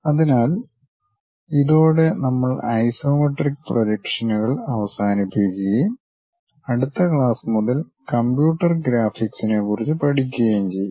അതിനാൽ ഇതോടെ നമ്മൾ ഐസോമെട്രിക് പ്രൊജക്ഷനുകൾ അവസാനിപ്പിക്കുകയും അടുത്ത ക്ലാസ് മുതൽ കമ്പ്യൂട്ടർ ഗ്രാഫിക്സിനെക്കുറിച്ച് പഠിക്കുകയും ചെയ്യും